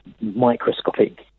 microscopic